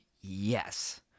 yes